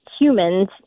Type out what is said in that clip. humans